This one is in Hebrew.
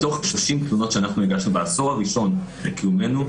מתוך 30 תלונות שאנחנו הגשנו בעשור הראשון לקיומנו,